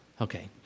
Okay